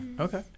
Okay